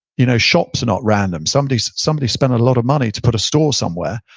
you know, shops are not random. somebody somebody spent a lot of money to put a store somewhere,